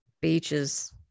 beaches